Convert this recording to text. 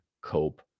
cope